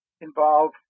involve